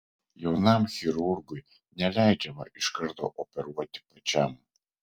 jaunam chirurgui neleidžiama iš karto operuoti pačiam